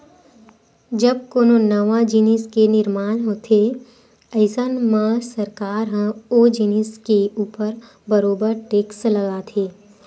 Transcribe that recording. जब कोनो नवा जिनिस के निरमान होथे अइसन म सरकार ह ओ जिनिस के ऊपर बरोबर टेक्स लगाथे